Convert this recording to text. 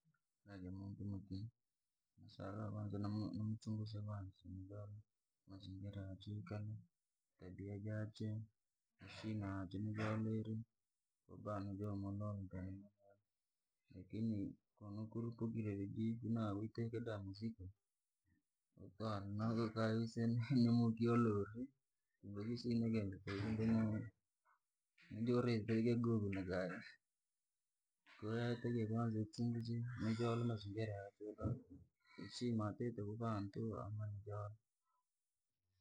Naja muntu muri, nosaka ni mchunguze tunga mazingira yachwe, tabia yachwe, heshima yachwe, nijole iri ko ba nijomulola lakini, kono wakurupukire viji fiuji kana muzigo. Na mazingira ukiisea nimuki wakioloorre, kumbe ni kusina kintu nija uretire gogo nakai, kwaiyo yotakiwa kwanza unchunguze nijole mazingira yachwe.